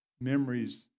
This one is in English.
memories